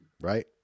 Right